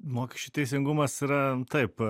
mokesčių teisingumas yra taip